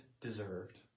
deserved